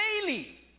daily